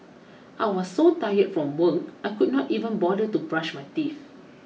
I was so tired from work I could not even bother to brush my teeth